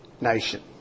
nation